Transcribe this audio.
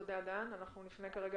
אנחנו נפנה כרגע